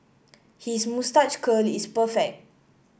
his moustache curl is perfect